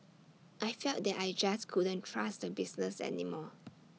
I felt that I just couldn't trust the business any more